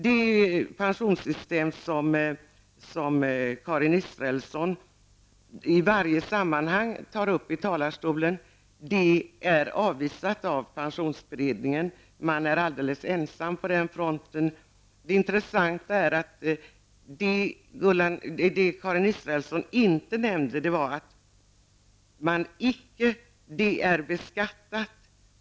Det pensionssystem som Karin Israelsson i varje sammanhang tar upp är avvisat av pensionsberedningen. Man är alldeles ensam på den fronten. Det intessanta är att Karin Israelsson inte nämnde att det jag talade om förut icke är beskattat.